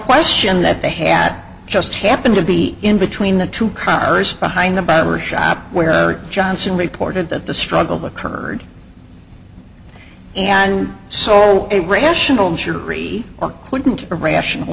question that they had just happened to be in between the two cars behind the barrier shop where johnson reported that the struggle with kard and so a rational jury couldn't a rational